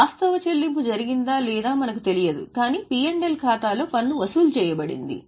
వాస్తవ చెల్లింపు జరిగిందా లేదా మనకు తెలియదు కానీ P L ఖాతా లో పన్ను వసూలు చేయబడింది